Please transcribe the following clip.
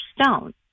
Stone